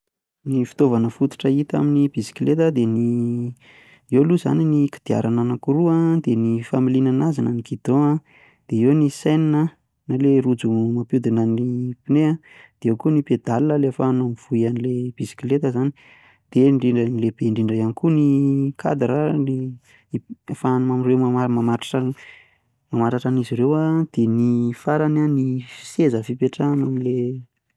Ny fitaovana fototra hita amin'ny bisikileta an, dia ny, eo aloha izany ny kodiarana anakiroa dia ny familiana an'azy na ny guidon an, dia eo ny chaîne an na ilay rojo mampihodina ny pneu an dia eo koa ny pedala, ilay ahafahanao mivoy an'ilay bisikileta izany dia ny lehibe indrindra ihany koa ny kadra ahafahana mamaratra azy ireo dia ny farany an ny seza fipetrahana.